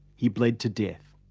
he bled to death.